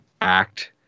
act